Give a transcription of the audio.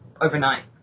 overnight